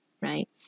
right